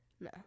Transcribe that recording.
no